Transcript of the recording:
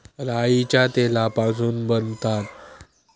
राईच्या तेलापासून बनता